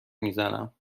میزنم